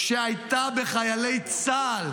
שהייתה בחיילי צה"ל,